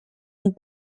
und